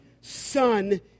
Son